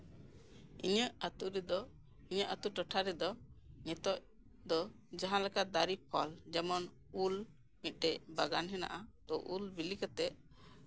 ᱤᱧᱟᱹᱜ ᱟᱛᱳ ᱨᱮᱫᱚ ᱤᱧᱟᱹᱜ ᱟᱛᱳ ᱴᱚᱴᱷᱟ ᱨᱮᱫᱚ ᱱᱤᱛᱚᱜ ᱫᱚ ᱡᱟᱦᱟᱸ ᱞᱮᱠᱟ ᱫᱟᱨᱮ ᱯᱷᱚᱞ ᱡᱮᱢᱚᱱ ᱩᱞ ᱢᱤᱫᱴᱮᱡ ᱵᱟᱜᱟᱱ ᱢᱮᱱᱟᱜᱼᱟ ᱩᱞ ᱵᱤᱞᱤ ᱠᱟᱛᱮ